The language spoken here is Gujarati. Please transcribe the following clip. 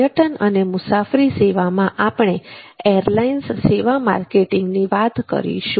પર્યટન અને મુસાફરોની સેવામાં આપણે એરલાઇન્સ સેવા માર્કેટિંગની વાત કરીશું